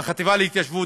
והחטיבה להתיישבות,